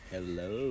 Hello